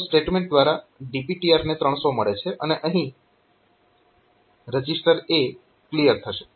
તો સ્ટેટમેન્ટ દ્વારા DPTR ને 300 મળે છે અને અહીં રજીસ્ટર A ક્લીયર થશે